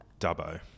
dubbo